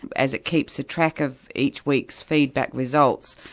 as it keeps a track of each week's feedback results.